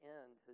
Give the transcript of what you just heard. end